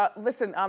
ah listen, um